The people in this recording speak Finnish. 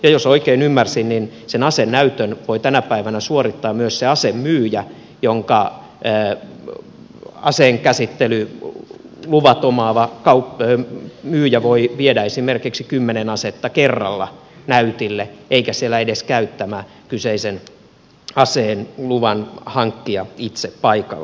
jos oikein ymmärsin niin sen asenäytön voi tänä päivänä suorittaa myös asemyyjä aseenkäsittelyluvat omaava myyjä voi viedä esimerkiksi kymmenen asetta kerralla näytille eikä siellä edes käy tämä kyseisen aseen luvanhankkija itse paikalla